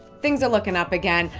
things are looking up again.